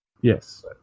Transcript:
Yes